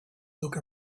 look